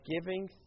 giving